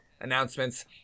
announcements